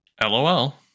LOL